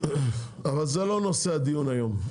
זה לא נושא הדיון היום.